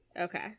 Okay